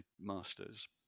master's